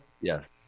Yes